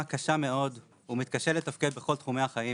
קשה מאוד ומתקשה לתפקד בכל תחומי החיים,